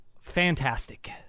fantastic